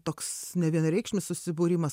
toks nevienareikšmis susibūrimas